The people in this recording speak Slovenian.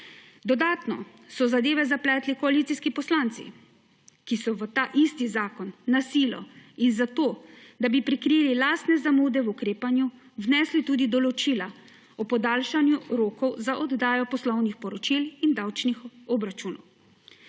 Dodatno so zadeve zapletli koalicijski poslanci, ki so v ta isti zakon na silo in da bi prikrili lastne zamude v ukrepanju vnesli tudi določila o podaljšanju rokov za oddajo poslovnih poročil in davčnih obračunov.